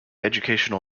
educational